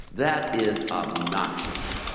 that is obnoxious.